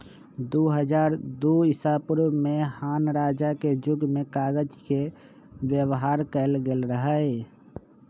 दू हज़ार दू ईसापूर्व में हान रजा के जुग में कागज के व्यवहार कएल गेल रहइ